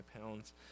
pounds